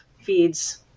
feeds